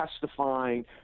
testifying